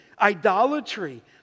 idolatry